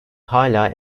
hâlâ